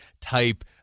type